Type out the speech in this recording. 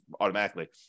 automatically